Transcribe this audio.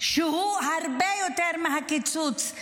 שהוא הרבה יותר מהקיצוץ?